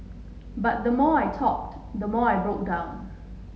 but the more I talked the more I broke down